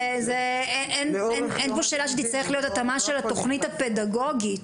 אין פה שאלה שתצטרך להיות התאמה של התוכנית הפדגוגית.